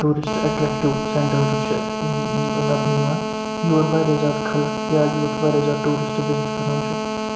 tourist attractive سینٹٲرٕس چھِ لَبنہٕ یِوان یور واریاہ زیادٕ خلَق یا یوٚت واریاہ زیادٕ ٹوٗرِسٹ وِزِٹ کَران چھُ